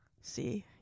See